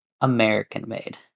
American-made